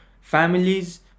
families